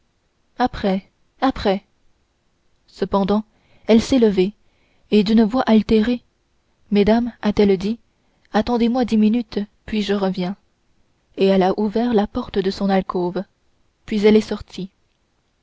après après cependant elle s'est levée et d'une voix altérée mesdames a-t-elle dit attendez-moi dix minutes puis je reviens et elle a ouvert la porte de son alcôve puis elle est sortie